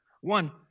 One